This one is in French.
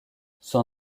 son